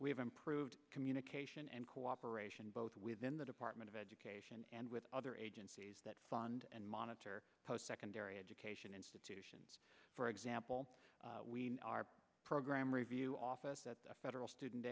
have improved communication and cooperation both within the department of education and with other agencies that fund and monitor post secondary education institutions for example we are program review office that the federal student